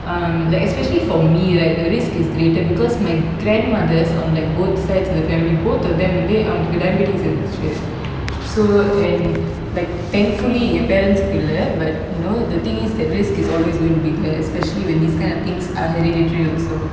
um like especially for me right the risk is greater because my grandmother's on like both sides to the family both of them வந்துஅவங்களுக்கு:vanthu avangaluku diabetes and shit so and like thankfully imbalance இல்ல:illa but you know the thing is that risk is always going to be there especially when these kind of things are hereditary also